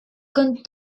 con